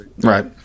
Right